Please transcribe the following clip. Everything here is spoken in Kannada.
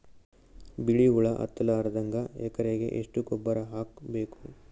ಬಿಳಿ ಹುಳ ಹತ್ತಲಾರದಂಗ ಎಕರೆಗೆ ಎಷ್ಟು ಗೊಬ್ಬರ ಹಾಕ್ ಬೇಕು?